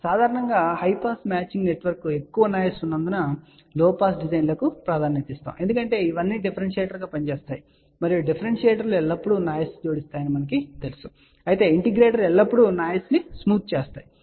ఇప్పుడు సాధారణంగా high pass matching network ఎక్కువ నాయిస్ ఉన్నందున లో పాస్ డిజైన్లకు ప్రాధాన్యత ఇవ్వబడుతుంది ఎందుకంటే ఇవి అన్ని డిఫరెన్సియేటర్ గా పనిచేస్తున్నాయి మరియు డిఫరెన్సియేటర్లు ఎల్లప్పుడూ నాయిస్ జోడిస్తున్నాయని మనకు తెలుసు అయితే ఇంటిగ్రేటర్లు ఎల్లప్పుడూ నాయిస్ ను స్మూత్ చేస్తాయి